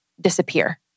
disappear